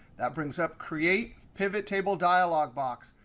that brings up create pivottable dialog box.